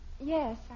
Yes